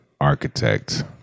architect